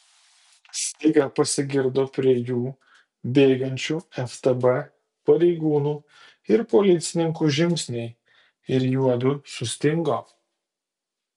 staiga pasigirdo prie jų bėgančių ftb pareigūnų ir policininkų žingsniai ir juodu sustingo